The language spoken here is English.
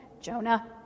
Jonah